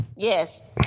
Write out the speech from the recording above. Yes